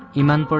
him and